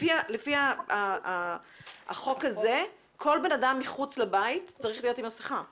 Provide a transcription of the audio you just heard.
לפי החוק הזה כל אדם מחוץ לבית צריך להיות עם מסכה.